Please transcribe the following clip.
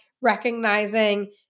recognizing